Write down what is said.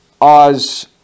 Oz